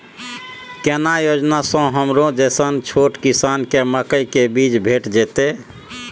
केना योजना स हमरो जैसन छोट किसान के मकई के बीज भेट जेतै?